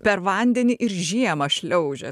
per vandenį ir žiemą šliaužia